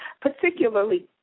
particularly